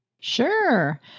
Sure